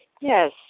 Yes